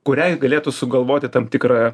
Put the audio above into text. kuriai galėtų sugalvoti tam tikrą